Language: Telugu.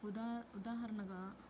ఉదా ఉదాహరణగా